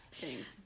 Thanks